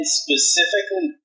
specifically